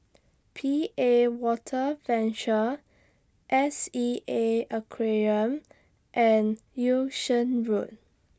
P A Water Venture S E A Aquarium and Yung Sheng Road